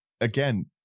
again